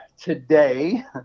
Today